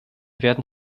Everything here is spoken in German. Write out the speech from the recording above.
werden